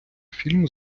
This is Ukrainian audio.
фільму